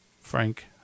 Frank